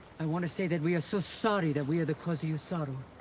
i want to say that we are so sorry that we are the cause of your sorrow.